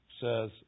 says